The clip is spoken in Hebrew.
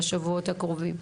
בשבועות הקרובים.